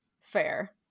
fair